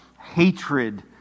hatred